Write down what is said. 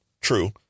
True